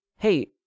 Hey